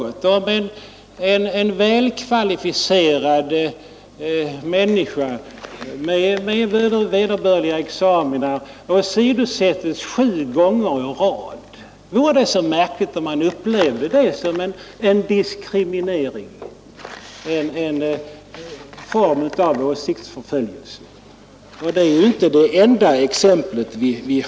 Om en välkvalificerad kandidat med vederbörliga examina åsidosättes sju gånger i rad är det inte så märkligt om han upplever det som en diskriminering eller åsiktsförföljelse. Detta är inte heller det enda exemplet.